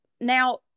now